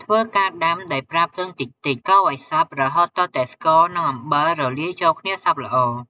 ធ្វើការដាំដោយប្រើភ្លើងតិចៗ កូរឲ្យសព្វរហូតទាល់តែស្ករ និងអំបិលរលាយចូលគ្នាសព្វល្អ។